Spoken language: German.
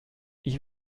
ich